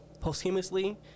posthumously